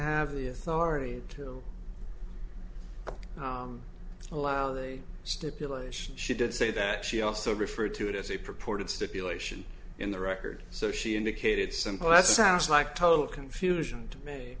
have the authority to allow the stipulation she did say that she also referred to it as a purported stipulation in the record so she indicated simple that sounds like total confusion to me